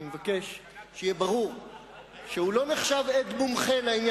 אני מבקש שיהיה ברור שהוא לא נחשב עד-מומחה לעניין הזה.